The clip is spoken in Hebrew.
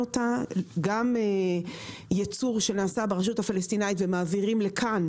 גם ייצור בקבוקים שנעשה ברשות הפלסטינית ומועבר לכאן,